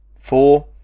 Four